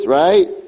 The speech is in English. right